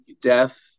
death